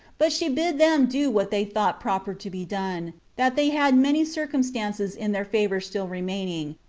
but she bid them do what they thought proper to be done that they had many circumstances in their favor still remaining,